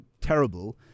terrible